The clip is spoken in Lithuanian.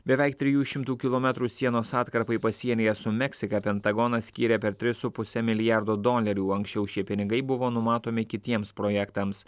beveik trijų šimtų kilometrų sienos atkarpai pasienyje su meksika pentagonas skyrė per tris su puse milijardo dolerių anksčiau šie pinigai buvo numatomi kitiems projektams